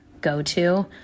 go-to